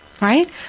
right